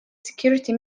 security